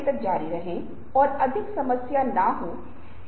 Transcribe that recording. हम एक visual culture में रहते हैं जहां हम सदा देखे जा रहे हैं